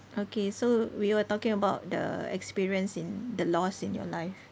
okay so we were talking about the experience in the loss in your life